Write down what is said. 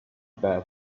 bed